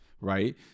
right